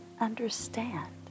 understand